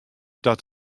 dat